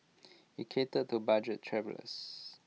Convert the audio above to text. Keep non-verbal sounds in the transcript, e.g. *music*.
*noise* IT catered to budget travellers